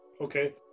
Okay